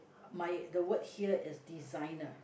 my the word here is designer